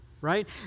right